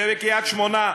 ובקריית-שמונה,